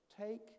Take